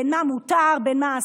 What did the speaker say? בין מה מותר למה אסור,